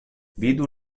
vidu